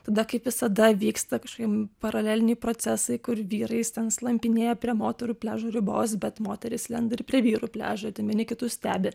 tada kaip visada vyksta kažkokie paraleliniai procesai kur vyrais ten slampinėja prie moterų pliažo ribos bet moterys lenda ir prie vyrų pliažo vieni kitus stebi